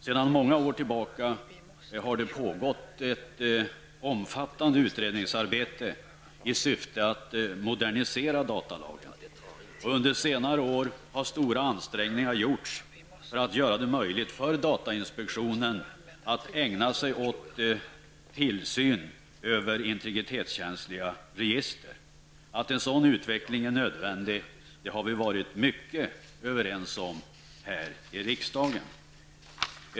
Sedan många år tillbaka har det pågått ett omfattande utredningsarbete i syfte att modernisera datalagen. Under senare år har stora ansträngningar gjorts för att göra det möjligt för datainspektionen att ägna sig mera åt tillsyn över integritetskänsliga register. Att en sådan utveckling är nödvändig har vi varit mycket överens om här i riksdagen.